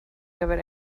gyfer